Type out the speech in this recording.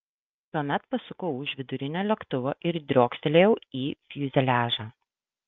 tuomet pasukau už vidurinio lėktuvo ir driokstelėjau į fiuzeliažą